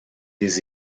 des